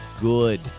good